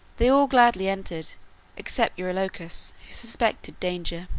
they all gladly entered except eurylochus, who suspected danger.